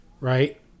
Right